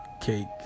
cake